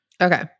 okay